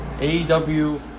AEW